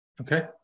Okay